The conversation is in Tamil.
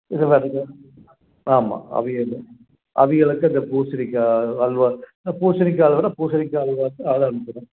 இதெல்லாம் இருக்கு ஆமாம் அவியல் அவியலுக்கு இந்த பூசணிக்காய் அல்வா இந்த பூசணிக்காய் அல்வான்னா பூசணிக்காய் அல்வாக்கு ஆளை அனுப்பணும்